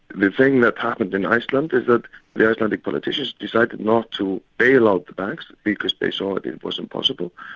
the thing that happened in iceland is that the icelandic politicians decided not to bail out the banks, because they saw it it was impossible.